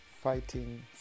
Fighting